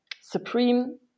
supreme